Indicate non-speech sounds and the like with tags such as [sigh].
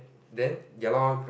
then ya lor [noise]